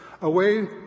away